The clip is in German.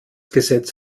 gesetz